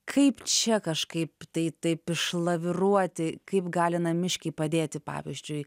kaip čia kažkaip tai taip išlaviruoti kaip gali namiškiai padėti pavyzdžiui